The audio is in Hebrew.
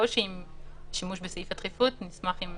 אפשרות לטיפולים לשיפור וקידום תפקוד פיזי ורגשי לאנשים עם